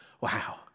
Wow